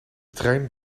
trein